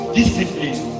Discipline